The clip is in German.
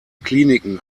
kliniken